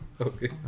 okay